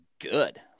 good